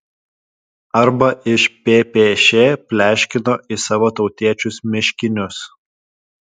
arba iš ppš pleškino į savo tautiečius miškinius